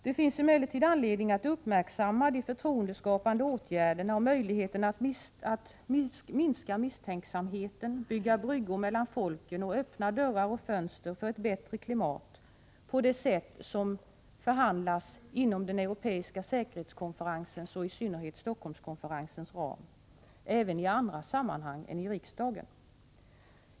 Det finns emellertid anledning uppmärksamma de förtroendeskapande åtgärderna och möjligheterna att minska misstänksamheten, bygga bryggor mellan folken och öppna dörrar och fönster för ett bättre klimat på det sätt som det förhandlas inom den europeiska säkerhetskonferensens och i synnerhet Stockholmskonferensens ram även i andra sammanhang än i riksdagen.